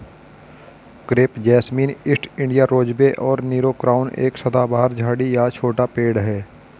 crepe jasmine, east India rosebay और Nero crown एक सदाबहार झाड़ी या छोटा पेड़ है